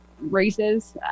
races